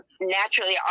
naturally